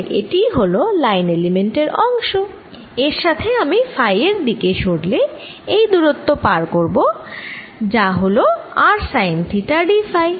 তাই এটিই হল লাইন এলিমেন্ট এর অংশ এর সাথে আমি ফাই এর দিকে সরলে যেই দুরত্ব পার করব তা হল r sine theta d phi